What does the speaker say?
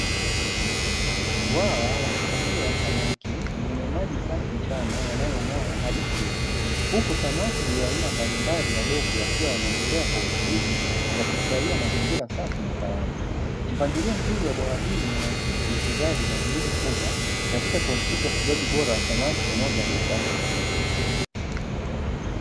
Bwawa la kufugia samaki lenye maji safi sana yanayong'aa hadi chini, huku samaki wa aina mbalimbali wadogo wakiwa wanaongelea kwa utulivu wakifurahia mazingira safi na salama, mpangilio mzuri wa bwawa hili unaakisi uwekezaji na juhudi kubwa katika kuhakikisha ufugaji bora wa samaki unaozalisha kwa tija.